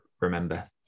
remember